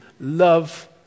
love